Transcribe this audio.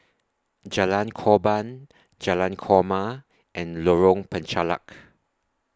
Jalan Korban Jalan Korma and Lorong Penchalak